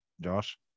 Josh